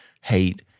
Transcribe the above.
hate